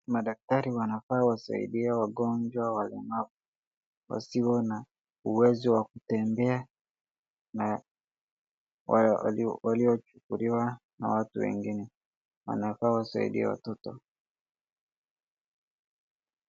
Madaktari wanafaa wasaidie wagonjwa walemavu, wasio na uwezo wa kutembea na waliochukuliwa na watu wengine. Wanafaa wasaidie watoto.